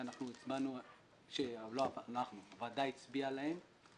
זו כבר ישיבה רביעית כאשר כל השלוש הקודמות נדחו.